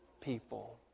people